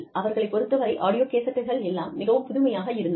அவர்களைப் பொறுத்தவரை ஆடியோ கேசட்டுகள் எல்லாம் மிகவும் புதுமையாக இருந்தன